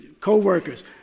co-workers